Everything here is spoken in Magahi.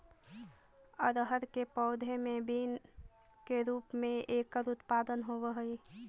अरहर के पौधे मैं बीन के रूप में एकर उत्पादन होवअ हई